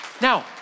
Now